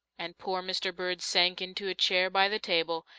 and poor mr. bird sank into a chair by the table,